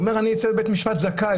הוא אומר: אני אצא מבית משפט זכאי,